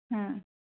অঁ